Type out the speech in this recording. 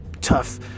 tough